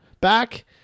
back